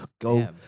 Go